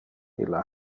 illa